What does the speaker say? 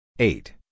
Eight